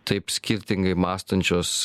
taip skirtingai mąstančios